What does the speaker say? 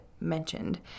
mentioned